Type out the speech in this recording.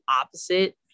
opposite